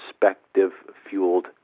perspective-fueled